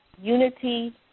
unity